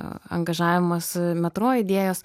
angažavimas metro idėjos